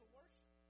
worship